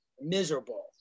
miserable